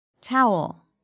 Towel